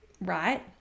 Right